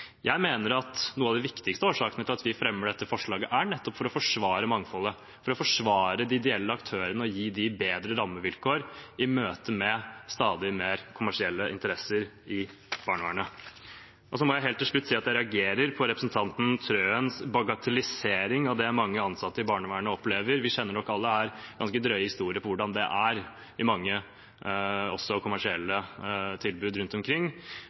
Jeg mener at noen av de viktigste årsakene til at vi fremmer dette forslaget, nettopp er å forsvare mangfoldet, forsvare de ideelle aktørene og gi dem bedre rammevilkår i møte med stadig mer kommersielle interesser i barnevernet. Helt til slutt må jeg si at jeg reagerer på representanten Wilhelmsen Trøens bagatellisering av det mange ansatte i barnevernet opplever. Alle her kjenner nok til ganske drøye historier om hvordan det er også i mange kommersielle tilbud rundt omkring,